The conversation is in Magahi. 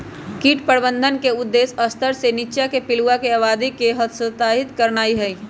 कीट प्रबंधन के उद्देश्य स्तर से नीच्चाके पिलुआके आबादी के हतोत्साहित करनाइ हइ